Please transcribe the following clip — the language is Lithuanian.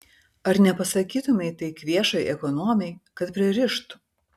ar nepasakytumei tai kvėšai ekonomei kad pririštų